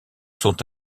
sont